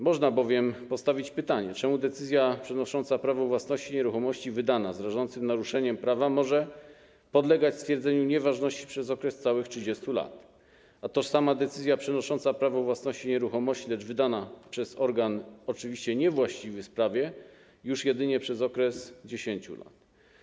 Można bowiem postawić pytanie: czemu decyzja przenosząca prawo własności nieruchomości wydana z rażącym naruszeniem prawa może podlegać stwierdzeniu nieważności przez okres całych 30 lat, a tożsama decyzja przenosząca prawo własności nieruchomości, lecz wydana przez organ oczywiście niewłaściwy w sprawie - już jedynie przez okres 10 lat?